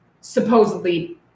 supposedly